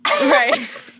Right